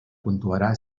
puntuarà